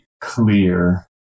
clear